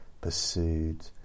pursued